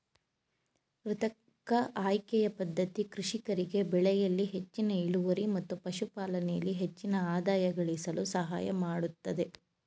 ಕೃತಕ ಆಯ್ಕೆಯ ಪದ್ಧತಿ ಕೃಷಿಕರಿಗೆ ಬೆಳೆಯಲ್ಲಿ ಹೆಚ್ಚಿನ ಇಳುವರಿ ಮತ್ತು ಪಶುಪಾಲನೆಯಲ್ಲಿ ಹೆಚ್ಚಿನ ಆದಾಯ ಗಳಿಸಲು ಸಹಾಯಮಾಡತ್ತದೆ